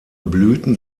blüten